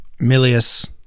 Milius